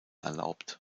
erlaubt